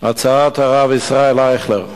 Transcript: הצעת הרב ישראל אייכלר.